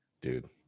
dude